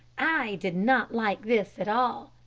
i did not like this at all.